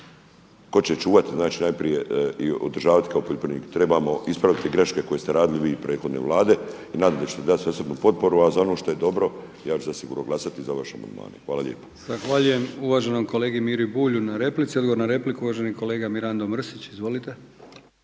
Tko će čuvati, znači najprije održavati kao poljoprivrednik. Trebamo ispraviti greške koje ste radili vi prethodne Vlade i nadat se da ćete dat osobnu potporu, a za ono što je dobro ja ću zasigurno glasati za vaše amandmane. Hvala lijepa. **Brkić, Milijan (HDZ)** Zahvaljujem uvaženom kolegi Miri Bulju na replici. Odgovor na repliku uvaženi kolega Mirando Mrsić. Izvolite.